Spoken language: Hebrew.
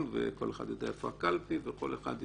וכל אחד יודע איפה הקלפי וכל אחד יכול.